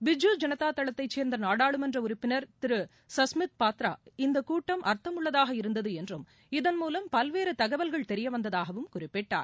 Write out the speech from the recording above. பிஜு ஜனதாதளத்தைச் சேர்ந்தநாடாளுமன்றஉறுப்பினர் திரு சஷ்மித் பாத்ரா இந்தக் கூட்டம் அர்த்தமுள்ளதாக இருந்ததுஎன்றும் இதன் மூலம் பல்வேறுதகவல்கள் தெரியவந்ததாகவும் குறிப்பிட்டார்